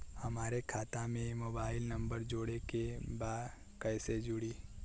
हमारे खाता मे मोबाइल नम्बर जोड़े के बा कैसे जुड़ी?